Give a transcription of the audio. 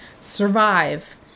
survive